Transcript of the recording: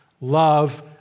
love